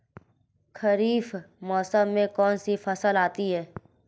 खरीफ मौसम में कौनसी फसल आती हैं?